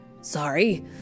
Sorry